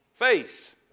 face